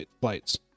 flights